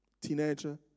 teenager